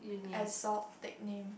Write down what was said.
assort nick name